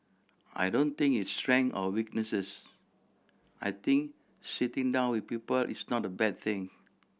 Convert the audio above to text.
I don't think it's strength or weakness I think sitting down with people is not a bad thing